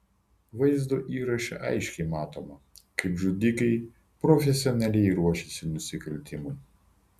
vaizdo įraše aiškiai matoma kaip žudikai profesionaliai ruošiasi nusikaltimui